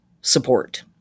support